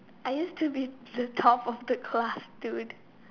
I used to be the top of the class dude